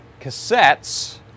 cassettes